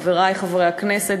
חברי חברי הכנסת,